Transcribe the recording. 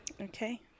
Okay